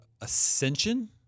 Ascension